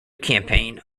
campaign